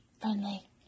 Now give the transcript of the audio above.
friendly